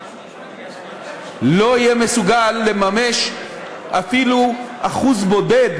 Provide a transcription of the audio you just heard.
לא יהיה מסוגל לממש אפילו אחוז בודד